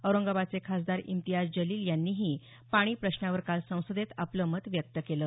औरंगाबादचे खासदार इम्तियाज जलील यांनीही पाणी प्रश्नावर काल संसदेत आपलं मत व्यक्त केलं